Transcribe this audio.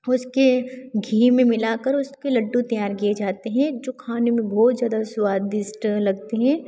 उसके घी में मिलाकर उसके लड्डू तैयार किए जाते हैं जो खाने में बहुत ज़्यादा स्वादिष्ट लगते हैं